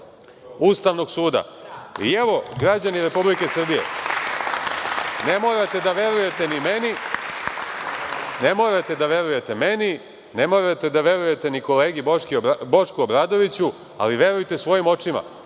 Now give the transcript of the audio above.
Ustavnog suda.I, evo, građani Republike Srbije, ne morate da verujete ni meni, ne morate da verujete ni kolegi Bošku Obradoviću, ali verujte svojim očima.